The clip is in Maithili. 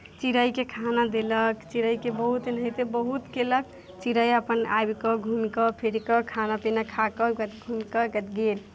चिड़ैकेँ खाना देलक चिड़ैकेँ बहुत एनाहिते बहुत कयलक चिड़ै अपन आबि कऽ घूमि कऽ फिरि कऽ खाना पीना खा कऽ ओकर बाद घूमि कऽ अपन गेल